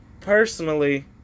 Personally